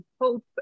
hope